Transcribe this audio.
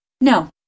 No